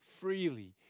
freely